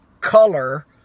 color